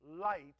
Light